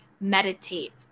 Meditate